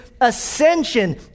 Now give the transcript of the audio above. ascension